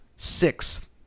sixth